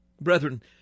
Brethren